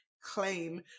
claim